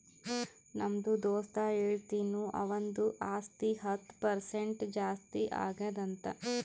ನಮ್ದು ದೋಸ್ತ ಹೇಳತಿನು ಅವಂದು ಆಸ್ತಿ ಹತ್ತ್ ಪರ್ಸೆಂಟ್ ಜಾಸ್ತಿ ಆಗ್ಯಾದ್ ಅಂತ್